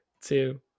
two